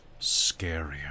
scarier